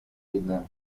inne